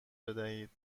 بدهید